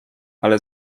ale